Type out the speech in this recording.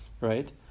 Right